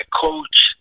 coach